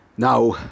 Now